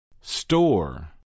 store